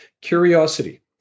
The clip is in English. Curiosity